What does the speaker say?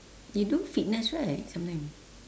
you do fitness right sometimes